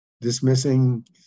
dismissing